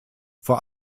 vor